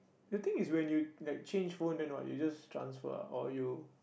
you think it's when you like change phone then what you just transfer ah or you